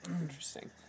Interesting